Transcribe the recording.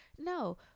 No